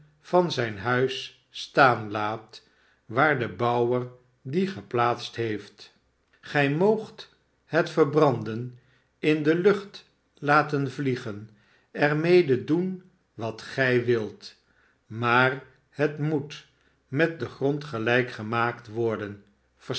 van zijn huis staan laat waar de bouwer die geplaatst heeft gij moogt het verbranden in de lucht laten vliegen er mede doen wat gij wilt maar het moet met den grond gelijk gemaakt worden